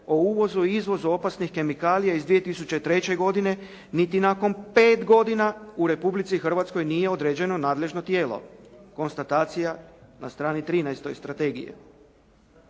o uvozu i izvozu opasnih kemikalija iz 2003. godine, niti nakon pet godina u Republici Hrvatskoj nije određeno nadležno tijelo. Konstatacija na strani 13. strategije.